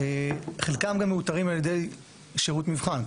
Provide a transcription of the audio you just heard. חלקם גם מאותרים על ידי שירות מבחן,